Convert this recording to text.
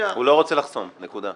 לא, הוא לא רוצה לחסום נקודה.